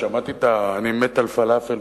אני מת על פלאפל,